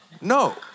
No